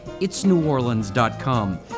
itsneworleans.com